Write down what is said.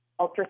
ultrasound